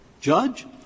judge